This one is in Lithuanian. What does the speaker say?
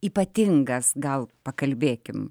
ypatingas gal pakalbėkim